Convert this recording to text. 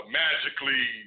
magically